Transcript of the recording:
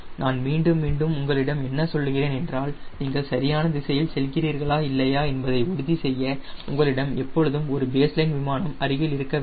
நான் மீண்டும் மீண்டும் உங்களிடம் என்ன சொல்லுகிறேன் என்றால் நீங்கள் சரியான திசையில் செல்கிறீர்களா இல்லையா என்பதை உறுதி செய்ய உங்களிடம் எப்பொழுதும் ஒரு பேஸ் லைன் விமானம் அருகில் இருக்க வேண்டும்